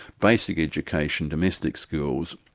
basic education, domestic skills,